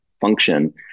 function